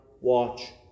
watch